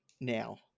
now